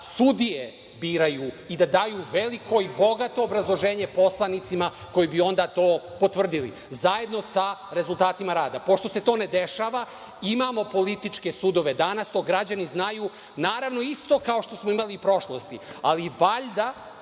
sudije biraju i da daju veliko i bogato obrazloženje poslanicima koji bi onda to potvrdili zajedno sa rezultatima rada. Pošto se to ne dešava, imamo političke sudove danas, to građani znaju, naravno, isto kao što smo imali u prošlosti, ali valjda